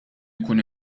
jkun